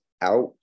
out